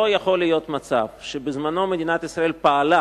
לא יכול להיות מצב, שבזמנה מדינת ישראל פעלה